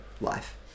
life